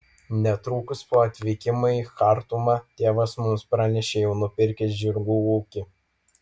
netrukus po atvykimo į chartumą tėvas mums pranešė jau nupirkęs žirgų ūkį